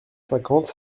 cinquante